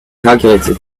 calculator